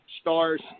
stars